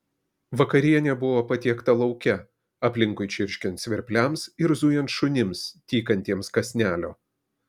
vakarienė buvo patiekta lauke aplinkui čirškiant svirpliams ir zujant šunims tykantiems kąsnelio